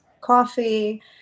coffee